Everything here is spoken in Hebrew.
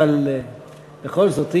אבל בכל זאת,